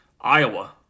Iowa